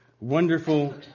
wonderful